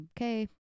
okay